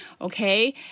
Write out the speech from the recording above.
Okay